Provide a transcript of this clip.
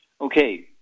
Okay